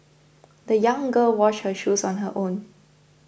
the young girl washed her shoes on her own